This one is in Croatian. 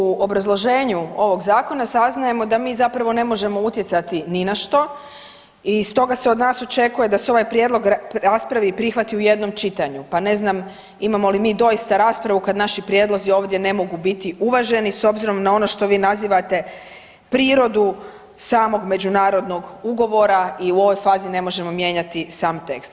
Kao prvo u obrazloženju ovog zakona saznajemo da mi zapravo ne možemo utjecati ni na što i stoga se od nas očekuje da se ovaj prijedlog raspravi i prihvati u jednom čitanju, pa ne nam imamo li mi doista raspravu kad naši prijedlozi ovdje ne mogu biti uvaženi s obzirom na ono što vi nazivate prirodu samog međunarodnog ugovora i u ovoj fazi ne možemo mijenjati sam tekst.